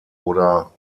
oder